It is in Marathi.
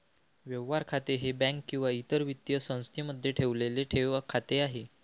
व्यवहार खाते हे बँक किंवा इतर वित्तीय संस्थेमध्ये ठेवलेले ठेव खाते आहे